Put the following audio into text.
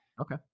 Okay